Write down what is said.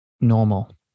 normal